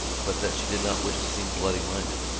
but that she did not wish to seem bloody-minded,